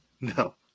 No